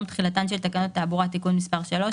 תחילתן של תקנות התעבורה (תיקון מס' 3),